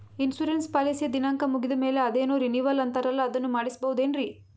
Insurance ಪಾಲಿಸಿಯ ದಿನಾಂಕ ಮುಗಿದ ಮೇಲೆ ಅದೇನೋ ರಿನೀವಲ್ ಅಂತಾರಲ್ಲ ಅದನ್ನು ಮಾಡಿಸಬಹುದೇನ್ರಿ?